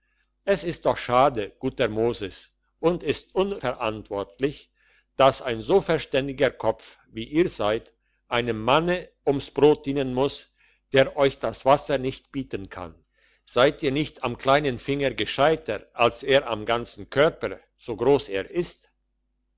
es ist doch schade guter moses und ist unverantwortlich dass ein so verständiger kopf wie ihr seid einem manne ums brot dienen muss der euch das wasser nicht bieten kann seid ihr nicht am kleinen finger gescheiter als er am ganzen körper so gross er ist